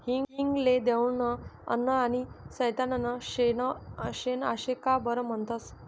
हिंग ले देवनं अन्न आनी सैताननं शेन आशे का बरं म्हनतंस?